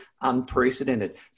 unprecedented